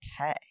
okay